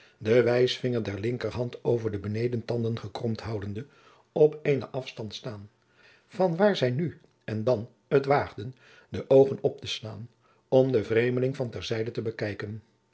den wijsvinger der linkerhand over de benedentanden gekromd houdende op eenen afstand staan vanwaar zij nu en dan het waagden de oogen op te slaan om den vreemdeling van ter zijde te bekijken